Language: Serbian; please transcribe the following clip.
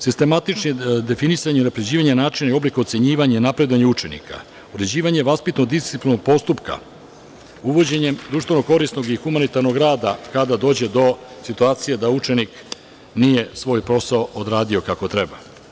Sistematično definisanje i unapređivanje načina i oblika ocenjivanja i napredovanja učenika, određivanje vaspitno-disciplinskog postupka, uvođenjem društveno korisnog i humanitarnog rada kada dođe do situacije da učenik nije svoj posao odradio kako treba.